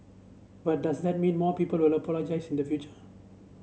but does that mean more people will apologise in the future